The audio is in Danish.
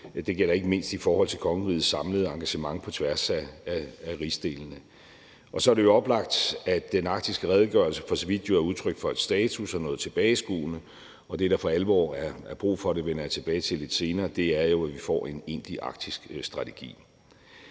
Det gælder ikke mindst i forhold til kongerigets samlede engagement på tværs af rigsdelene. Så er det jo oplagt, at den arktiske redegørelse for så vidt er udtryk for en status og noget tilbageskuende, og at det, der for alvor er brug for – det vender jeg tilbage til lidt senere – er, at vi får en egentlig arktisk strategi.